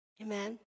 Amen